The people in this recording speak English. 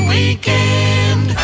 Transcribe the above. Weekend